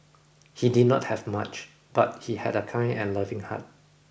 he did not have much but he had a kind and loving heart